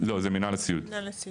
לא זה מנהל הסיעוד.